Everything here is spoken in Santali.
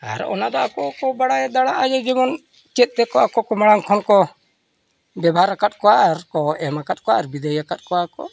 ᱟᱨ ᱚᱱᱟᱫᱚ ᱟᱠᱚ ᱠᱚ ᱵᱟᱰᱟᱭᱟ ᱫᱟᱲᱮᱭᱟᱜᱟ ᱡᱮᱢᱚᱱ ᱪᱮᱫ ᱛᱮᱠᱚ ᱟᱠᱚ ᱠᱚ ᱢᱟᱲᱟᱝ ᱠᱷᱚᱱ ᱠᱚ ᱵᱮᱵᱷᱟᱨ ᱟᱠᱟᱫ ᱠᱚᱣᱟ ᱟᱨ ᱠᱚ ᱮᱢ ᱟᱠᱟᱫ ᱠᱚᱣᱟ ᱟᱨ ᱠᱚ ᱵᱤᱫᱟᱹᱭ ᱟᱠᱟᱫ ᱠᱚᱣᱟ ᱠᱚ